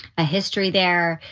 a history there.